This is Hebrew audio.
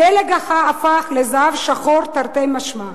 דלק הפך לזהב שחור, תרתי משמע,